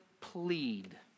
plead